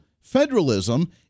federalism